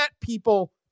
people